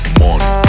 money